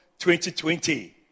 2020